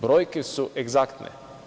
Brojke su egzaktne.